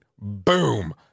boom